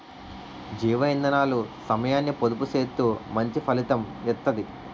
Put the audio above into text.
జీవ ఇందనాలు సమయాన్ని పొదుపు సేత్తూ మంచి ఫలితం ఇత్తది